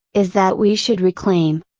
is that we should reclaim,